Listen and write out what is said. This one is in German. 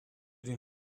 den